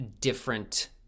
different